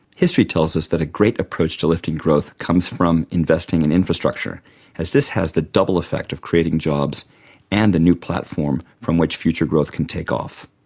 history tells us that a great approach to lifting growth comes from investing in infrastructure as this has the double effect of creating jobs and the new platform from which future growth can take off.